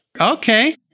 Okay